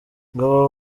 ngabo